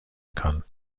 kann